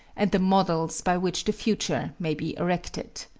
and the models by which the future may be erected.